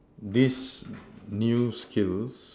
this new skills